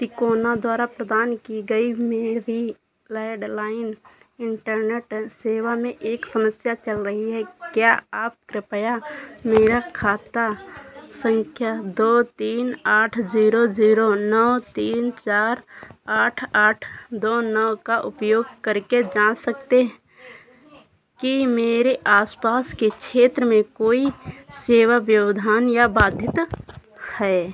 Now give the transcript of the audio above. तिकोना द्वारा प्रदान की गई मेरी लैडलाइन इंटरनेट सेवा में एक समस्या चल रही है क्या आप कृप्या मेरे खाता संख्या दो तीन आठ जीरो जीरो नौ तीन चार आठ आठ दो नौ का उपयोग करके जाँच सकते हैं कि मेरे आसपास के क्षेत्र में कोई सेवा व्यवधान या वाध्यता है